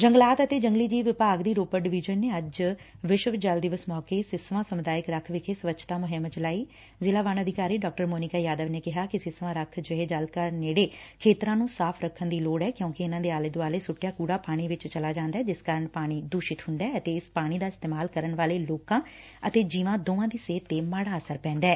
ਜੰਲਗਾਤ ਅਤੇ ਜੰਗਲੀ ਜੀਵ ਵਿਭਾਗ ਦੀ ਰੋਪੜ ਡਿਵੀਜਨ ਨੇ ਅੱਜ ਵਿਸ਼ਵ ਜਲ ਦਿਵਸ ਮੌਕੇ ਸਿਸਵਾ ਸਮੁਦਾਇਕ ਰੱਖ ਵਿਖੇ ਸਵੱਛਤਾ ਮੁਹਿੰਮ ਚਲਾਈ ਜ਼ਿਲਾ ਵਣ ਅਧਿਕਾਰੀ ਡਾ ਮੋਨਿਕਾ ਯਾਦਵ ਨੇ ਕਿਹਾ ਕਿ ਸਿਸਵਾ ਰੱਖ ਜਿਹੇ ਜਲ ਘਰਾਂ ਨੇੜਲੇ ਖੇਤਰਾਂ ਨੂੰ ਸਾਫ਼ ਕਰਨ ਦੀ ਲੋੜ ਐ ਕਿਉਂਕਿ ਇਨਾਂ ਦੇ ਆਲੇ ਦੁਆਲੇ ਸੁੱਟਿਆ ਕੁੜਾ ਪਾਣੀ ਵਿਚ ਚਲਾ ਜਾਂਦੈ ਜਿਸ ਕਾਰਨ ਪਾਣੀ ਦੁਸ਼ਿਤ ਹੁੰਦੈ ਅਤੇ ਇਸ ਪਾਣੀ ਦਾ ਇਸਤੇਮਾਲ ਕਰਨ ਵਾਲੇ ਲੋਕਾ ਅਤੇ ਜੀਵਾ ਦੋਵਾ ਦੀ ਸਿਹਤ ਤੇ ਮਾੜਾ ਅਸਰ ਪੈਦਾ ਏ